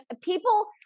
people